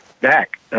back